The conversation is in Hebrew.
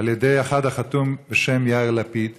על ידי אחד החתום בשם יאיר לפיד.